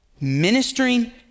ministering